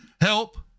help